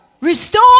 Restore